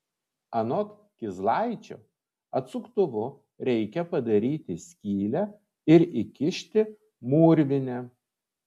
anot kizlaičio atsuktuvu reikia padaryti skylę ir įkišti mūrvinę